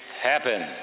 happen